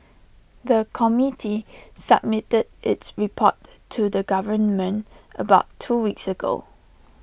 the committee submitted its report to the government about two weeks ago